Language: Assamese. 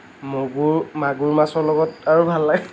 মগু মাগুৰ মাছৰ লগত আৰু ভাল লাগে